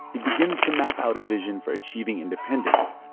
he begins to map out a vision for achieving independence.